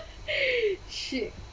shit